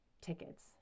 tickets